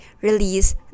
release